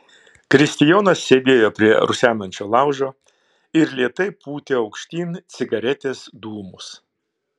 kristijonas sėdėjo prie rusenančio laužo ir lėtai pūtė aukštyn cigaretės dūmus